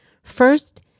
First